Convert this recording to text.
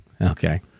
Okay